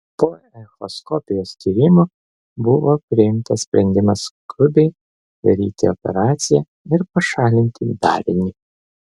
po echoskopijos tyrimo buvo priimtas sprendimas skubiai daryti operaciją ir pašalinti darinį